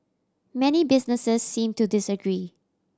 many businesses seem to disagree